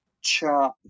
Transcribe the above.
chart